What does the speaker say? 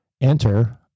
Enter